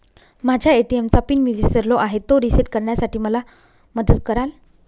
माझ्या ए.टी.एम चा पिन मी विसरलो आहे, तो रिसेट करण्यासाठी मला मदत कराल?